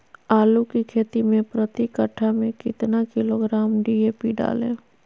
आलू की खेती मे प्रति कट्ठा में कितना किलोग्राम डी.ए.पी डाले?